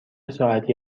ساعتی